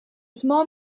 small